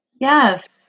Yes